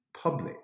public